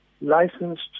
licensed